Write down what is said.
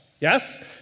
yes